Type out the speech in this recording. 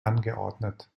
angeordnet